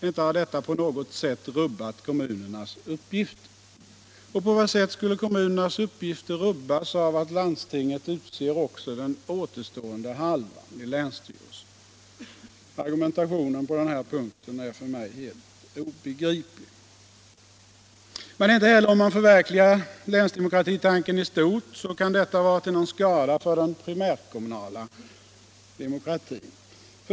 Inte har detta på något sätt rubbat kommunernas uppgifter. Och på vad sätt skulle kommunernas uppgifter rubbas av att landstingen utser också den återstående halvan i länsstyrelsen? Argumentationen på denna punkt är för mig obegriplig. Inte heller om man förverkligar länsdemokratitanken i stort kan detta vara till någon skada för den primärkommunala demokratin.